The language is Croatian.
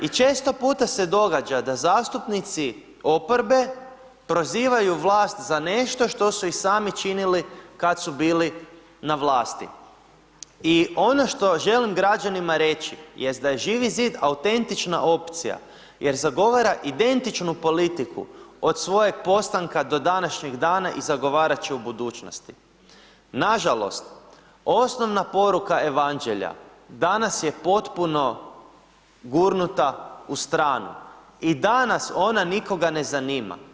I često puta se događa da zastupnici oporbe prozivaju vlast za nešto što su i sami činili kad su bili na vlasti i ono što želim građanima reći jest da je Živi zid autentična opcija jer zagovara identičnu politiku od svojeg postanka do današnjeg dana i zagovarat će u budućnosti, nažalost, osnovna poruka Evanđelja danas je potpuno gurnuta u stranu i danas ona nikoga ne zanima.